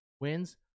wins